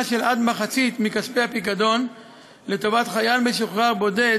של עד מחצית מכספי הפיקדון לטובת חייל משוחרר בודד